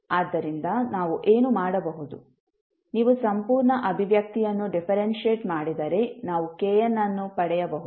ಆದ್ದರಿಂದ ನಾವು ಏನು ಮಾಡಬಹುದು ನೀವು ಸಂಪೂರ್ಣ ಅಭಿವ್ಯಕ್ತಿಯನ್ನು ಡಿಫರೆಂಶಿಯೆಟ್ ಮಾಡಿದರೆ ನಾವು kn ಅನ್ನು ಪಡೆಯಬಹುದು